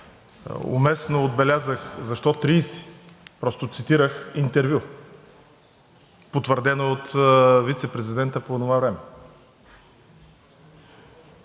уместно отбелязах – защо 30%. Просто цитирах интервю, потвърдено от вицепрезидента по онова време.